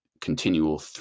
continual